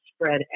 spread